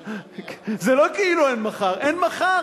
זה לא כאילו אין מחר, אין מחר.